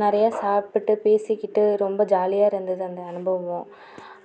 நிறையா சாப்பிட்டு பேசிக்கிட்டு ரொம்ப ஜாலியாக இருந்தது அந்த அனுபவம்